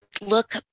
look